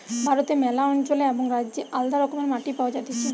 ভারতে ম্যালা অঞ্চলে এবং রাজ্যে আলদা রকমের মাটি পাওয়া যাতিছে